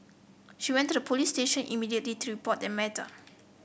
she went to a police station immediately to report the matter